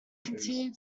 continued